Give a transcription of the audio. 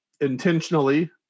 intentionally